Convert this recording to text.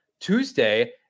Tuesday